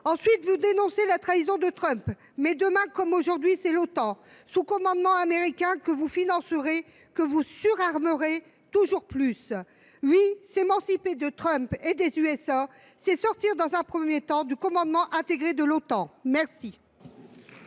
Ensuite, vous dénoncez la trahison de Trump. Mais, demain comme aujourd’hui, c’est l’Otan sous commandement américain que vous financerez et surarmerez toujours plus. S’émanciper de Trump et des USA, c’est sortir, dans un premier temps, du commandement intégré de l’Otan !